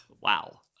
Wow